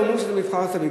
אומרים שזה מבחן סביר,